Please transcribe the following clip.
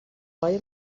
های